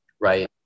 right